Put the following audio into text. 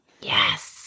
Yes